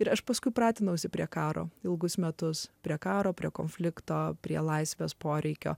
ir aš paskui pratinausi prie karo ilgus metus prie karo prie konflikto prie laisvės poreikio